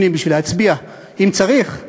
הוא משאיר אותה בפנים בשביל להצביע אם צריך.